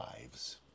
lives